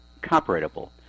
copyrightable